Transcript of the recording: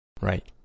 Right